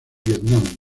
vietnam